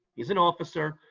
he's an officer,